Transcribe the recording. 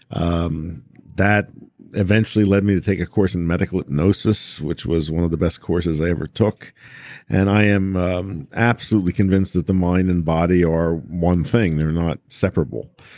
um that eventually led me to take a course in medical hypnosis, which was one of the best courses i ever took and i am um absolutely convinced that the mind and body are one thing, they're not separable.